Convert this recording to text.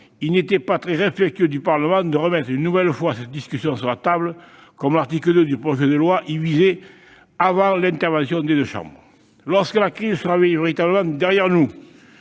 Il n'était pas très respectueux du Parlement de mettre une nouvelle fois ce sujet sur la table, comme l'article 2 du projet de loi le prévoyait avant l'intervention des deux chambres. Lorsque la crise sera véritablement derrière nous,